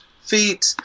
feet